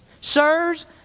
Sirs